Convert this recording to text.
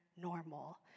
normal